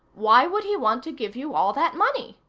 why would he want to give you all that money?